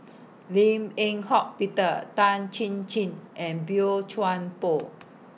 Lim Eng Hock Peter Tan Chin Chin and Boey Chuan Poh